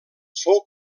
fou